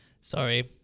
Sorry